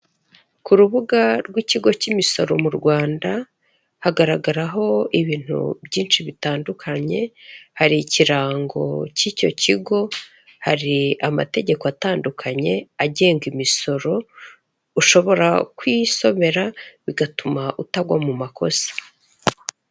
Ku rubuga rw'ikigo cy'imisoro mu Rwanda hagaragaraho ibintu byinshi bitandukanye, hari ikirango cy'icyo kigo, hari amategeko atandukanye agenga imisoro, ushobora kuyisomera bigatuma utagwa mu makosa.